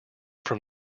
from